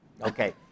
Okay